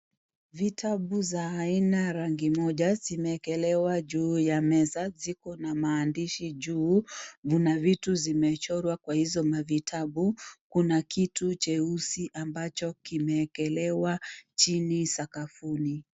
Vitabu za aina rangi moja zimeekelewa juu ya meza ziko na maandishi juu, kuna vitu zimechorwa kwa hizo mavitabu, kuna kitu cheusi ambacho kimeekelewa chini sakafuni.